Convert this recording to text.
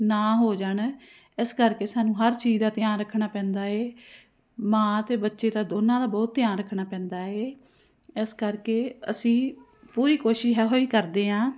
ਨਾ ਹੋ ਜਾਣ ਇਸ ਕਰਕੇ ਸਾਨੂੰ ਹਰ ਚੀਜ਼ ਦਾ ਧਿਆਨ ਰੱਖਣਾ ਪੈਂਦਾ ਹੈ ਮਾਂ ਅਤੇ ਬੱਚੇ ਦਾ ਦੋਨਾਂ ਦਾ ਬਹੁਤ ਧਿਆਨ ਰੱਖਣਾ ਪੈਂਦਾ ਹੈ ਇਸ ਕਰਕੇ ਅਸੀਂ ਪੂਰੀ ਕੋਸ਼ਿਸ਼ ਇਹ ਹੋ ਹੀ ਕਰਦੇ ਹਾਂ